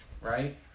right